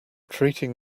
treating